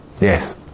yes